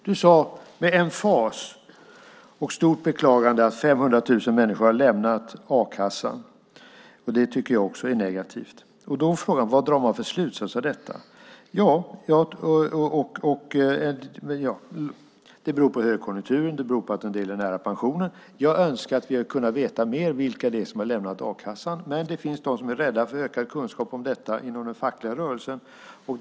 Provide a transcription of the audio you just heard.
Du sade med emfas och stort beklagande att 500 000 människor har lämnat a-kassan. Det tycker jag också är negativt. Då är frågan: Vilken slutsats drar man av detta? Det beror på högkonjunkturen, och det beror på att en del är nära pensionen. Jag önskar att vi visste bättre vilka det är som har lämnat a-kassan. Men det finns de som är rädda för ökad kunskap om detta inom den fackliga rörelsen.